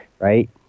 right